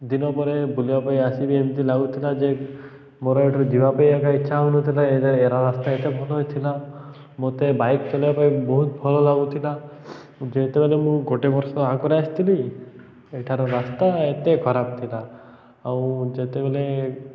ଦିନ ପରେ ବୁଲିବା ପାଇଁ ଆସିବି ଏମିତି ଲାଗୁଥିଲା ଯେ ମୋର ଏଠାରୁ ଯିବା ପାଇଁ ଏକା ଇଚ୍ଛା ହଉନଥିଲା ଏ ଏରା ରାସ୍ତା ଏତେ ଭଲ ହେଇଥିଲା ମୋତେ ବାଇକ୍ ଚଲେଇବା ପାଇଁ ବହୁତ ଭଲ ଲାଗୁଥିଲା ଯେତେବେଳେ ମୁଁ ଗୋଟେ ବର୍ଷ ଆଗରେ ଆସିଥିଲି ଏଠାର ରାସ୍ତା ଏତେ ଖରାପ ଥିଲା ଆଉ ଯେତେବେଲେ